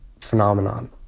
phenomenon